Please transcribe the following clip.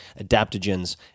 adaptogens